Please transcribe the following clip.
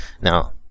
now